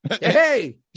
Hey